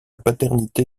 paternité